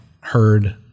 heard